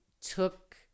took